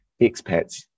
expats